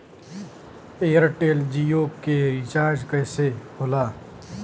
Airtel Jio के recharge कैसे होला?